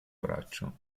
braccio